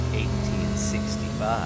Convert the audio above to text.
1865